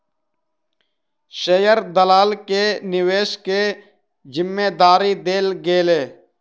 share दलाल के निवेश के जिम्मेदारी देल गेलै